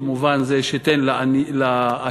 במובן זה שתן לעשירים,